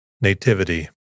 Nativity